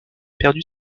perdu